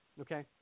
Okay